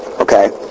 Okay